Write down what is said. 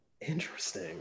Interesting